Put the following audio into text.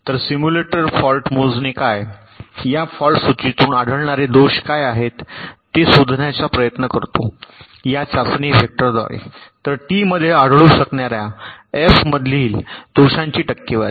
तर simulator fault मोजणे काय या फॉल्ट सूचीतून आढळणारे दोष काय आहेत हे शोधण्याचा प्रयत्न करतो या चाचणी वेक्टरद्वारे तर टी मध्ये आढळू शकणार्या एफ मधील दोषांची टक्केवारी